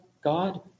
God